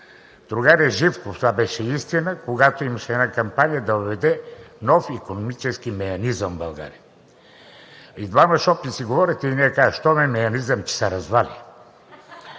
другаря Живков, това беше истина, когато имаше една кампания да въведе „нов икономически меанизъм“ в България. Двама шопи си говорят и единият казва: „Щом е меанизъм, че се развáли.“